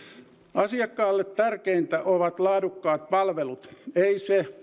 asiakkaalle tärkeintä ovat laadukkaat palvelut ei se